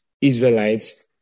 Israelites